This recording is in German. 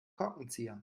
korkenzieher